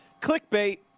clickbait